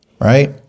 right